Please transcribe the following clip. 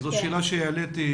כן, זו שאלה שהעליתי,